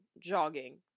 jogging